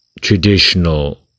Traditional